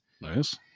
Nice